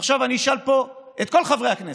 ועכשיו אני אשאל פה את כל חברי הכנסת,